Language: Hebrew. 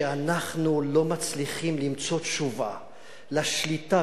שאנחנו לא מצליחים למצוא תשובה לשליטה.